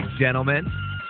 gentlemen